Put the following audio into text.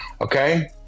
Okay